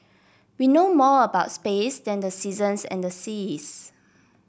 we know more about space than the seasons and the seas